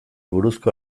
buruzko